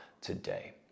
today